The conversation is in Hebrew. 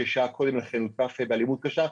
ששעה קודם לכן הותקף באלימות קשה,